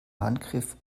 handgriff